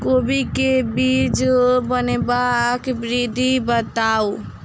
कोबी केँ बीज बनेबाक विधि बताऊ?